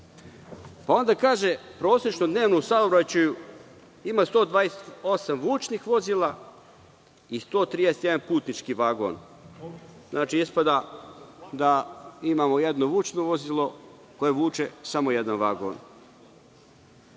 Onda kaže, prosečno dnevno u saobraćaju ima 128 vučnih vozila i 131 putnički vagon. Znači, ispada da imamo jedno vučno vozilo koje vuče samo jedan vagon.